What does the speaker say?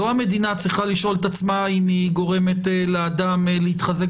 לא המדינה צריכה לשאול את עצמה אם היא גורמת לאדם להתחזק